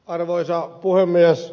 arvoisa puhemies